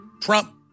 Trump